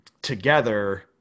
together